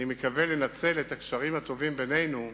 אני מקווה לנצל את הקשרים הטובים בינינו,